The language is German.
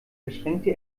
verschränkte